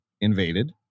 invaded